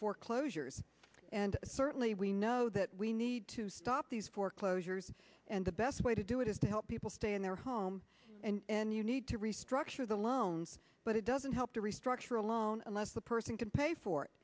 foreclosures and certainly we know that we need to stop these foreclosures and the best way to do it is to help people stay in their home and you need to restructure the loans but it doesn't help to restructure alone unless the person can pay for it